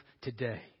today